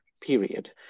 period